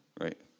Right